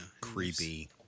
Creepy